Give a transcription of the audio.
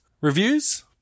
reviews